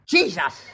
Jesus